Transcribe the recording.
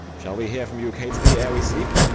shall we hear from you, catesby, ere we sleep?